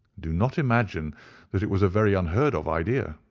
do not imagine that it was a very unheard of idea.